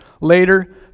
later